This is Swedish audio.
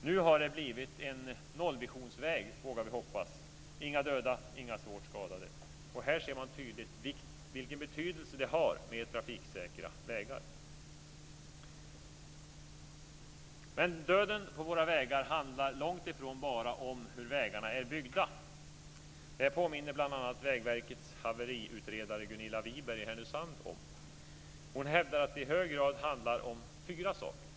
Nu har det blivit en nollvisionsväg, vågar vi hoppas - inga döda och inga svårt skadade. Och här ser man tydligt vilken betydelse det har med trafiksäkra vägar. Men döden på våra vägar handlar långt ifrån bara om hur vägarna är byggda. Det påminner Vägverkets haveriutredare Gunilla Viberg i Härnösand om. Hon hävdar att det i hög grad handlar om fyra saker.